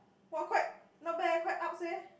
!wah! quite not bad leh quite ups leh